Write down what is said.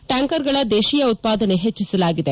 ಟ್ಯಾಂಕರ್ಗಳ ದೇಶೀಯ ಉತ್ಪಾದನೆ ಹೆಚ್ಚಿಸಲಾಗಿದೆ